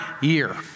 year